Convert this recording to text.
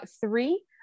Three